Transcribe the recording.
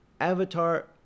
Avatar